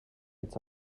its